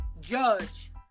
judge